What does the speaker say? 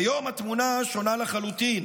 כיום התמונה שונה לחלוטין.